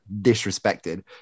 disrespected